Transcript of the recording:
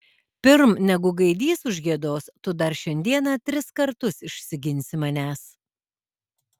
pirm negu gaidys užgiedos tu dar šiandieną tris kartus išsiginsi manęs